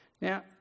Now